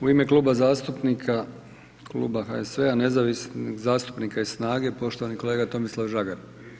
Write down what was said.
U ime Kluba zastupnika, kluba HSU-a, nezavisnih zastupnika i SNAGA-e poštovani kolega Tomislav Žagar.